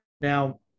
Now